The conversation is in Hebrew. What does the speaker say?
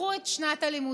ופתחו את שנת הלימודים.